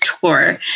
tour